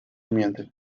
miente